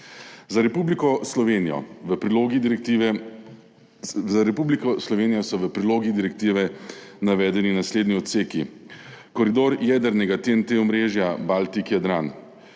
Za Republiko Slovenijo so v prilogi direktive navedeni naslednji odseki – koridor jedrnega omrežja TEN-T Baltik–Jadran,